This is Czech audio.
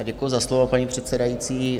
Děkuji za slovo, paní předsedající.